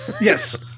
Yes